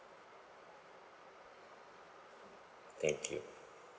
thank you